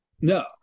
no